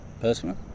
Personally